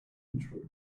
intro